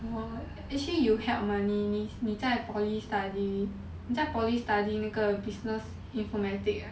!wah! actually 有 help mah 你你你在 poly study 你在 poly study 那个 business informatic ah